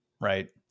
right